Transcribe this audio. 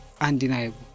undeniable